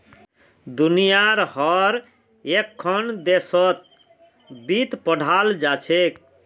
दुनियार हर एकखन देशत वित्त पढ़ाल जा छेक